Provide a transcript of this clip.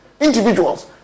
Individuals